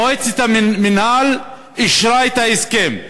מועצת המינהל אישרה את ההסכם,